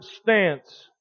stance